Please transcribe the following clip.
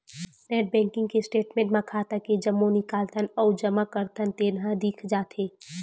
net banking के statement म खाता के जम्मो निकालथन अउ जमा करथन तेन ह दिख जाथे